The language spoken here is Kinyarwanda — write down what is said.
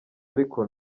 ariko